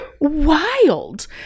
wild